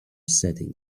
setting